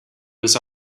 was